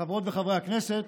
חברות וחברי הכנסת,